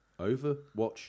overwatch